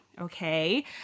okay